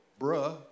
bruh